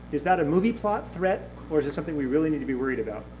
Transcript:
is that a movie plot, threat, or is it something we really need to be worried about?